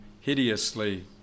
hideously